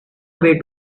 away